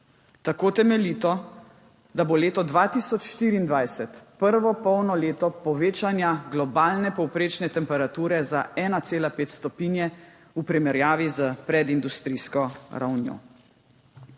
Tako temeljito, da bo leto 2024 prvo polno leto povečanja globalne povprečne temperature za 1,5 stopinje Celzija v primerjavi s predindustrijsko ravnjo.